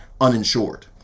uninsured